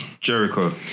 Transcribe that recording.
Jericho